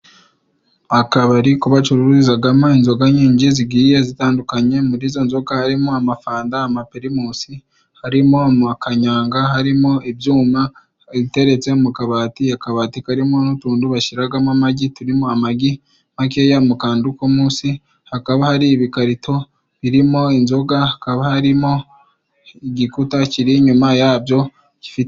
Akabari ko bacururizagamo inzoga nyingii zigiye zitandukanye, muri izo nzoga harimo: amafanta, amapirimusi, harimo amakanyanga, harimo ibyuma biteretse mu kabati, akabati karimo n'utuntu bashyiragamo amagi, turimo amagi makeya mu kantu ko munsi hakaba hari ibikarito birimo inzoga, hakaba harimo igikuta kiri inyuma yabyo gifi